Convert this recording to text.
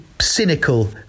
cynical